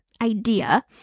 idea